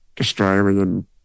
Australian